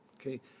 okay